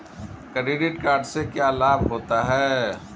Credit card से क्या क्या लाभ होता है?